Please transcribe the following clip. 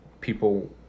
people